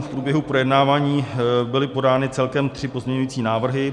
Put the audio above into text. V průběhu projednávání byly podány celkem tři pozměňující návrhy.